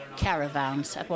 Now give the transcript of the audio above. caravans